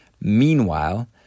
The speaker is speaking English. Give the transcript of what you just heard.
Meanwhile